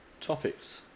topics